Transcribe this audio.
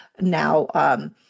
now